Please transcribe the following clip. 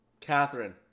Catherine